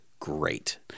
Great